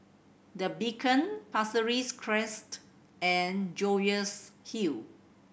The Beacon Pasir Ris Crest and Jervois Hill